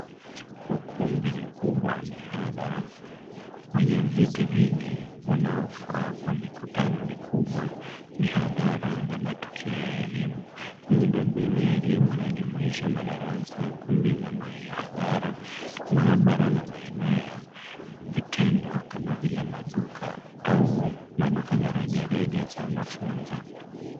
Ukumbi mkubwa wa mihadhara wenye viti vingi unaofaa kwa mikutano mikubwa mihadhara na matukio ya elimu. Miundombinu ya elimu inajumuisha madarasa, kumbi za miahadhara, maabara na maeneo ya vitendo kama vile maduka au maduka za rejareja za mafunzo.